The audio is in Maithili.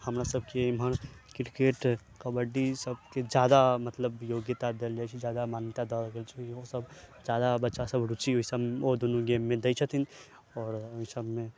हमरासबके ईमहर क्रिकेट कबड्डी सबके जादा मतलब योग्यता देल जाइ छै जादा मान्यता जादा बच्चा सब रूचि ओहिसब मे ओ दुनू गेम मे दै छथिन आओर एहिसब मे